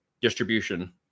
distribution